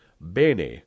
bene